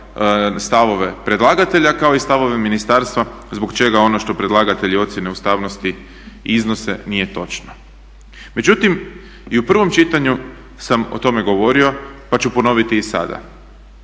stavove predlagatelja kako i stavove ministarstva zbog čega ono što predlagatelji ocjene ustavnosti iznose nije točno. Međutim, i u prvom čitanju sam o tome govorio pa ću ponoviti i sada.